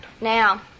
now